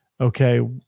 okay